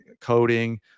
coding